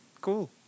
Cool